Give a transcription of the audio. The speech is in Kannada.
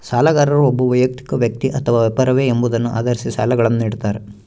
ಸಾಲಗಾರರು ಒಬ್ಬ ವೈಯಕ್ತಿಕ ವ್ಯಕ್ತಿ ಅಥವಾ ವ್ಯಾಪಾರವೇ ಎಂಬುದನ್ನು ಆಧರಿಸಿ ಸಾಲಗಳನ್ನುನಿಡ್ತಾರ